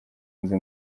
nzu